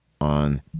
on